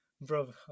bro